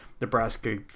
Nebraska